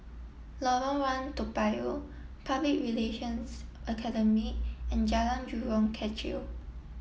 Lorong one Toa Payoh Public Relations Academy and Jalan Jurong Kechil